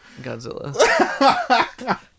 Godzilla